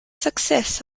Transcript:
success